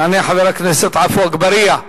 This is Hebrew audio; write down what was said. יעלה חבר הכנסת עפו אגבאריה.